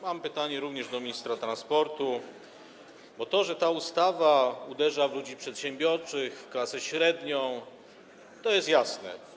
Mam pytanie do ministra transportu, bo to, że ta ustawa uderza w ludzi przedsiębiorczych, w klasę średnią, jest jasne.